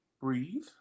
breathe